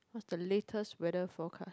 what is the latest weather forecast